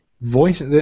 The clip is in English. voice